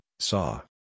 Saw